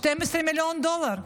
12 מיליון דולר,